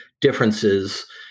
differences